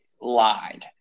lied